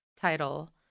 title